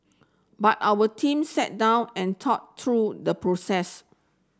but our team sat down and thought through the process